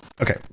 okay